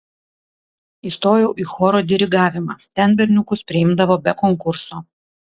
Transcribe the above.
įstojau į choro dirigavimą ten berniukus priimdavo be konkurso